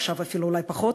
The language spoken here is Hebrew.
עכשיו אפילו אולי פחות,